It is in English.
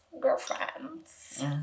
girlfriends